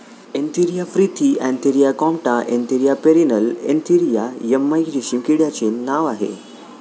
Antheraea frithi Antheraea compta Antheraea pernyi Antheraea yamamai रेशीम किड्याचे नाव आहे